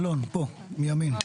אלון, פה, מימין.